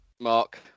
Mark